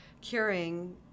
curing